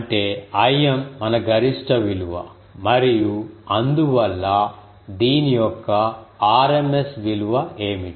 అంటే Im మన గరిష్ట విలువ మరియు అందువల్ల దీని యొక్క rms విలువ ఏమిటి